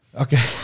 okay